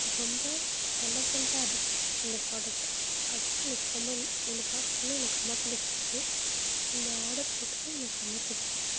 ரொம்ப எலகெண்ட்டாக இருக்குது இந்த ப்ரோடக்ட்டு அது தான் எனக்கு ரொம்ப இந்த ப்ரோடக்ட் வந்து எனக்கு ரொம்ப பிடிச்சுருக்கு இந்த ஆர்டர் போட்டது எனக்கு ரொம்ப பிடிச்சுருக்கு